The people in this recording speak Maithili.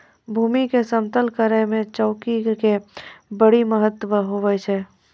भूमी के समतल करै मे चौकी के बड्डी महत्व हुवै छै